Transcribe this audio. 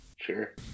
Sure